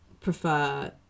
prefer